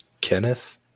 Kenneth